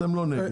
אתם לא נגד.